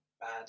bad